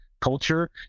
culture